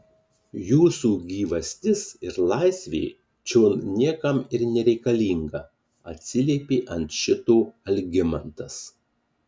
jūsų gyvastis ir laisvė čion niekam ir nereikalinga atsiliepė ant šito algimantas